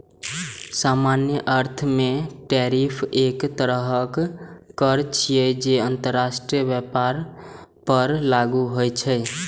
सामान्य अर्थ मे टैरिफ एक तरहक कर छियै, जे अंतरराष्ट्रीय व्यापार पर लागू होइ छै